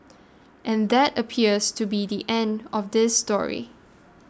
and that appears to be the end of this story